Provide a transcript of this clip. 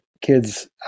kids